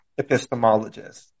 epistemologist